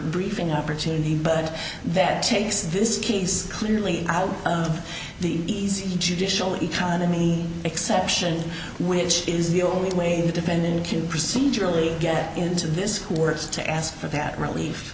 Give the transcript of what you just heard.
briefing opportunity but that takes this case clearly out of the easy judicial economy exception which is the only way the defendant can procedurally get into this who works to ask for that relief